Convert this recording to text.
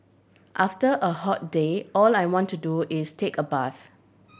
after a hot day all I want to do is take a bath